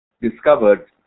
discovered